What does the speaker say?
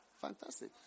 Fantastic